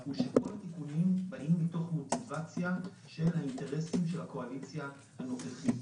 הוא שכל התיקונים באים מתוך מוטיבציה של האינטרסים של הקואליציה הנוכחית.